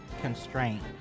Constraint